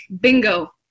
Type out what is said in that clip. bingo